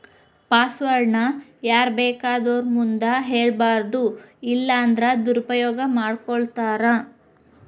password ನ ಯಾರ್ಬೇಕಾದೊರ್ ಮುಂದ ಹೆಳ್ಬಾರದು ಇಲ್ಲನ್ದ್ರ ದುರುಪಯೊಗ ಮಾಡ್ಕೊತಾರ